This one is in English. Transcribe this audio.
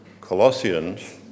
Colossians